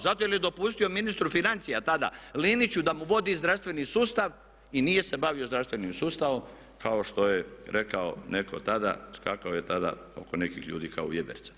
Zato jer je dopustio ministru financija tada Liniću da mu vodi zdravstveni sustav i nije se bavio zdravstvenim sustavom, kao što je rekao netko tada, skakao je tada oko nekih ljudi kao vjeverica.